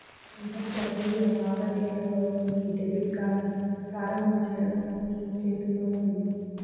అంతర్జాతీయ లావాదేవీల కోసం మీ డెబిట్ కార్డ్ని ప్రారంభించడం మీ చేతుల్లోనే ఉంది